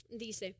Dice